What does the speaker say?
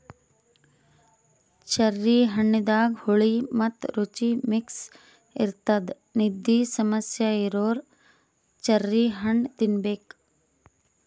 cherry ಹಣ್ಣದಾಗ್ ಹುಳಿ ಮತ್ತ್ ರುಚಿ ಮಿಕ್ಸ್ ಇರ್ತದ್ ನಿದ್ದಿ ಸಮಸ್ಯೆ ಇರೋರ್ ಚೆರ್ರಿ ಹಣ್ಣ್ ತಿನ್ನಬೇಕ್